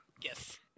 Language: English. Yes